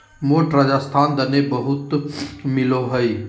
मोठ राजस्थान दने बहुत मिलो हय